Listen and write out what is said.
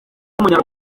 kuba